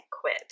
quit